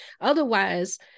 otherwise